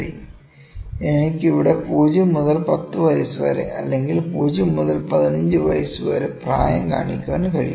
ഇവിടെ എനിക്ക് 0 മുതൽ 10 വയസ്സ് വരെ അല്ലെങ്കിൽ 0 മുതൽ 15 വയസ്സ് വരെ പ്രായം കാണിക്കാൻ കഴിയും